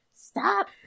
Stop